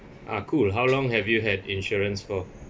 ah cool how long have you had insurance for